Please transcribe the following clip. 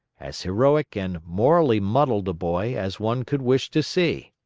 as heroic and morally muddled a boy as one could wish to see.